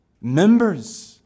Members